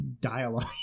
dialogue